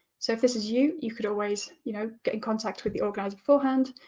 so if this is you, you could always you know get in contact with the organiser beforehand,